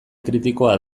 kritikoa